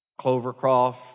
Clovercroft